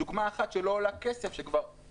דוגמה אחת שלא עולה כסף למדינה,